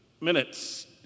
minutes